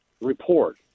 report